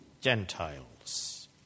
Gentiles